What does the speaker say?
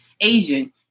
Asian